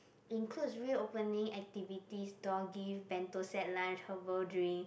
includes real opening activities door gift bento set lunch herbal drink